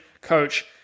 coach